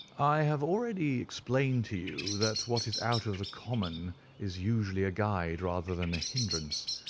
i have already explained to you that what is out of the common is usually a guide rather than a hindrance.